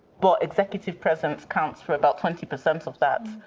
but executive presence counts for about twenty percent of that.